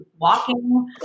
walking